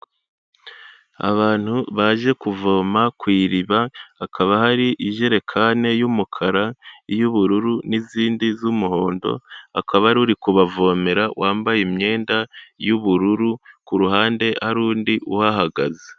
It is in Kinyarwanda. Abantu baje kuvoma ku iriba, hakaba hari ijerekani y'umukara, iy'ubururu n'izindi z'umuhondo, hakaba hari uri kubavomera wambaye imyenda y'ubururu, ku ruhande hari undi uhahagaze.